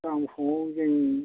गाबोन फुङाव जों